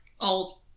Old